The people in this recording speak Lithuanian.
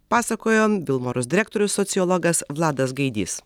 pasakojo vilmorus direktorius sociologas vladas gaidys